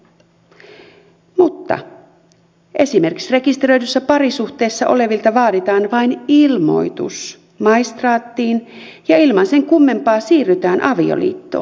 mutta esimerkiksi rekisteröidyssä parisuhteessa olevilta vaaditaan vain ilmoitus maistraattiin ja ilman sen kummempaa siirrytään avioliittoon